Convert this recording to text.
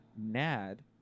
NAD